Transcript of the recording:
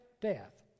death